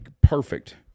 Perfect